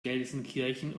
gelsenkirchen